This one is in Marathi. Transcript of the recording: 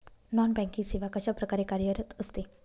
नॉन बँकिंग सेवा कशाप्रकारे कार्यरत असते?